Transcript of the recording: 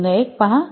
01 पहा